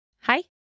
Hi